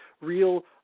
real